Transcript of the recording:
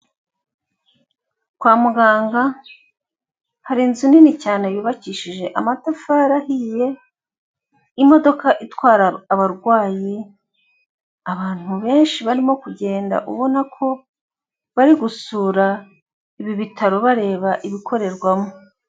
Kwa muganga hari inzu nini cyane yubakishije amatafari ahiye, imodoka itwara abarwayi, abantu benshi barimo kugenda ubona ko bari gusura ibi bitaro bareba ibikorerwamo.